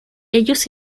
ellos